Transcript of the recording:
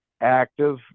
active